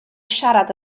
siarad